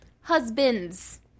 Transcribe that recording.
husbands